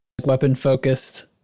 weapon-focused